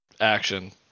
action